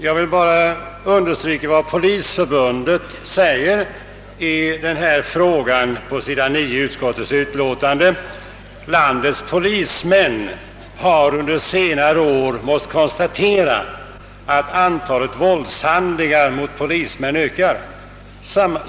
Jag vill bara understryka vad polisförbundet säger i den frågan, vilket återges på sidan 9 i utskottets utlåtande: »Landets polismän har under senare år måst konstatera, att antalet våldshandlingar mot polismän ökar.